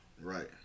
Right